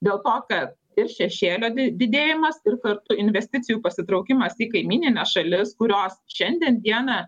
dėl to kad ir šešėlio di didėjimas ir kartu investicijų pasitraukimas į kaimynines šalis kurios šiandien dieną